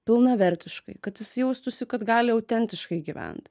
pilnavertiškai kad jis jaustųsi kad gali autentiškai gyvent